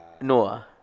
Noah